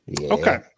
Okay